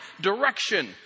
direction